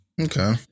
okay